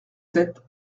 sept